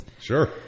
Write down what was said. Sure